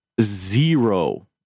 zero